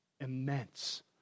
immense